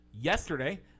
yesterday